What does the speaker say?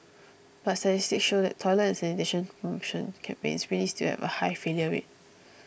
but statistics show that toilet and sanitation promotion campaigns really still have a high failure rate